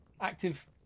Active